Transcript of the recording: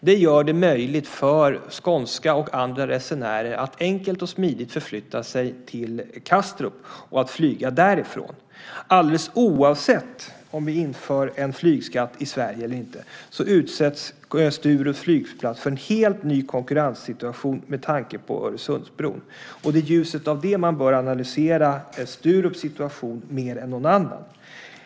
Det gör det möjligt för skånska och andra resenärer att enkelt och smidigt förflytta sig till Kastrup och flyga därifrån. Alldeles oavsett om vi inför en flygskatt i Sverige eller inte utsätts Sturups flygplats för en helt ny konkurrenssituation med tanke på Öresundsbron. Det är i ljuset av det som man bör analysera Sturups situation mer än någon annans.